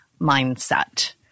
mindset